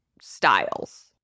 styles